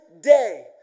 day